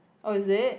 oh is it